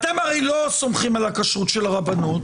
אתם הרי לא סומכים על הכשרות של הרבנות,